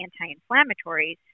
anti-inflammatories